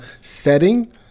setting